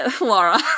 Laura